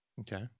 Okay